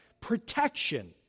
protection